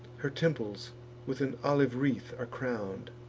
her temples with an olive wreath are crown'd.